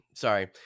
Sorry